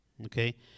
Okay